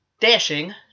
Dashing